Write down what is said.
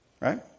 Right